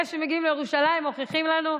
אלה שמגיעים לירושלים מוכיחים לנו,